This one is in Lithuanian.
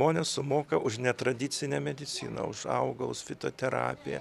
žmonės sumoka už netradicinę mediciną už augalus fitoterapiją